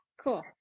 cool